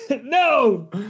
no